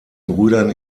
brüdern